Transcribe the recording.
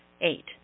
Eight